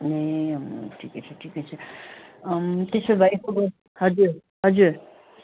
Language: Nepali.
ए ठिकै छ ठिकै छ त्यसोभए यसो हजुर हजुर